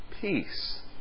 peace